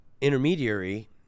intermediary